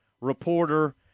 reporter